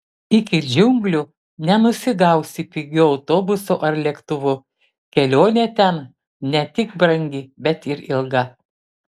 iki džiunglių nenusigausi pigiu autobusu ar lėktuvu kelionė ten ne tik brangi bet ir ilga